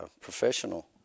professional